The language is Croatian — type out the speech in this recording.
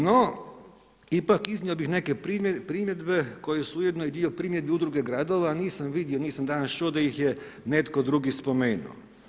No, ipak iznio bih neke primjedbe koje su ujedno i dio primjedbi udruge gradova, nisam vidio, nisam danas čuo da ih je netko drugi spomenuo.